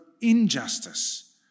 injustice